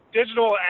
digital